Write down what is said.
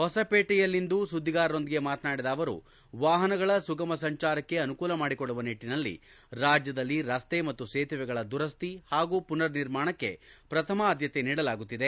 ಹೊಸಪೇಟೆಯಲ್ಲಿಂದು ಸುದ್ದಿಗಾರರೊಂದಿಗೆ ಮಾತನಾಡಿದ ಆವರು ವಾಹನಗಳ ಸುಗಮ ಸಂಚಾರಕ್ಕೆ ಅನುಕೂಲ ಮಾಡಿಕೊಡುವ ನಿಟ್ಟನಲ್ಲಿ ರಾಜ್ಜದಲ್ಲಿ ರಸ್ತೆ ಮತ್ತು ಸೇತುವೆಗಳ ದುರಸ್ತಿ ಹಾಗೂ ಪುನರ್ ನಿರ್ಮಾಣಕ್ಕೆ ಪ್ರಥಮ ಆದ್ದತೆ ನೀಡಲಾಗುತ್ತಿದೆ